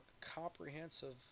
comprehensive